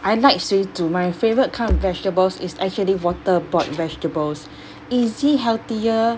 I like 水煮 my favourite kind of vegetables is actually water boiled vegetables easy healthier